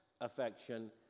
affection